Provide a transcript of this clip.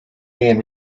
man